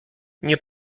nie